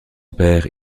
père